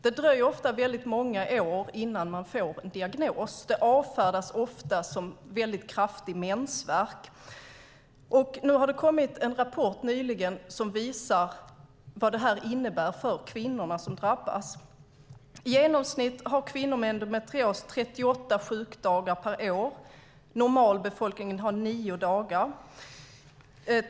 Det dröjer ofta många år innan man får en diagnos. Detta avfärdas ofta som kraftig mensvärk. Nyligen har det kommit en rapport som visar vad detta innebär för de kvinnor som drabbas. I genomsnitt har kvinnor med endometrios 38 sjukdagar per år. Normalbefolkningen har 9 dagar.